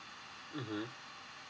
mmhmm